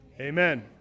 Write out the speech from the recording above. Amen